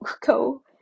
go